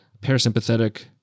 parasympathetic